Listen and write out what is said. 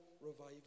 revival